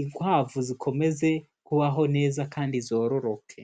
inkwavu zikomeze kubaho neza kandi zororoke.